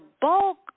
bulk